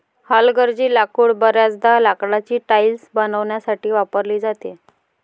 हलगर्जी लाकूड बर्याचदा लाकडाची टाइल्स बनवण्यासाठी वापरली जाते